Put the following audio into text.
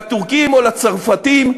לטורקים או לצרפתים,